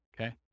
Okay